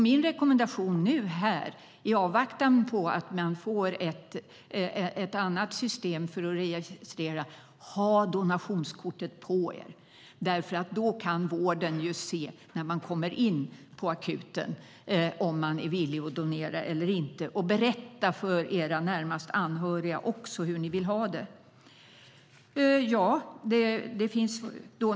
Min rekommendation i avvaktan på att man får ett annat system för att registrera är: Ha donationskortet på er! Då kan vården se när man kommer in på akuten om man är villig att donera eller inte. Berätta också för era närmast anhöriga hur ni vill ha det!